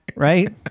Right